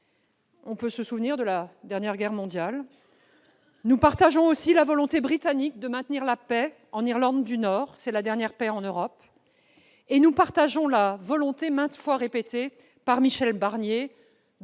Je pense à la dernière guerre mondiale. Nous partageons aussi la volonté britannique de maintenir la paix en Irlande du Nord, c'est la dernière paix en Europe. Enfin, nous approuvons le souhait maintes fois exprimé de Michel Barnier